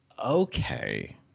Okay